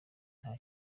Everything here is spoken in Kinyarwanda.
nta